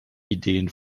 ideen